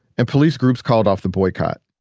and police groups called off the boycott